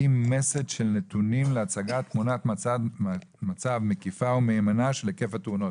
להקים מסד של נתונים להצגת תמונת מצב מקיפה ומהימנה של היקף התאונות.